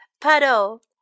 puddle